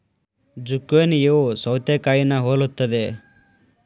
ಜುಕೇನಿಯೂ ಸೌತೆಕಾಯಿನಾ ಹೊಲುತ್ತದೆ